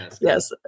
yes